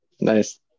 nice